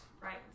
right